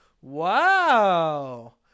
Wow